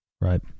Right